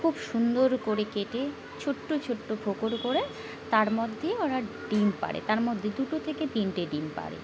খুব সুন্দর করে কেটে ছোট্টো ছোট্টো ফোকর করে তার মধ্যে ওরা ডিম পাড়ে তার মধ্যে দুটো থেকে তিনটে ডিম পাড়ে